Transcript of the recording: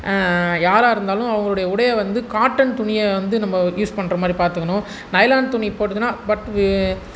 யாராக இருந்தாலும் அவங்களுடைய உடைய வந்து காட்டன் துணியை வந்து நம்ப யூஸ் பண்ணுற மாதிரி பார்த்துக்குணும் நைலான் துணி போட்டதுன்னா பட்